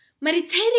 Meditating